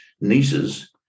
nieces